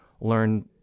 learn